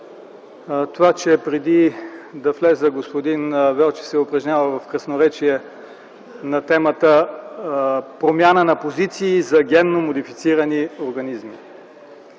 това, че преди да влезе господин Велчев се е упражнявал в красноречие на тема: „Промяна на позиции за генно модифицирани организми”.